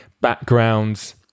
backgrounds